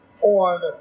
on